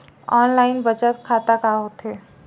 Online बचत खाता का होथे?